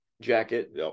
jacket